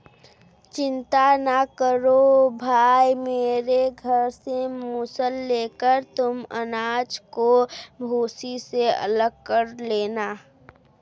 चिंता ना करो भाई मेरे घर से मूसल लेकर तुम अनाज को भूसी से अलग कर लेना